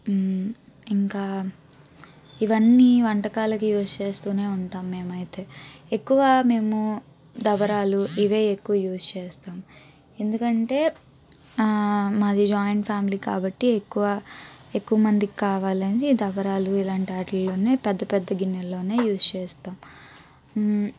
ఇంకా ఇవన్నీ వంటకాలకి యూజ్ చేస్తూనే ఉంటాం మేమైతే ఎక్కువ మేము దబరాలు ఇవే ఎక్కువ యూజ్ చేస్తాం ఎందుకంటే మాది జాయింట్ ఫ్యామిలీ కాబట్టి ఎక్కువ ఎక్కువ మందికి కావాలని దబరాలు ఇలాంటి వాటిల్లోనే పెద్ద పెద్ద గిన్నెల్లోనే యూజ్ చేస్తాం